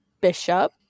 Bishop